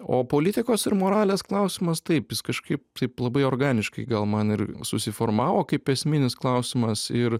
o politikos ir moralės klausimas taip jis kažkaip taip labai organiškai gal man ir susiformavo kaip esminis klausimas ir